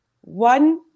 one